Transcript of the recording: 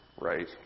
right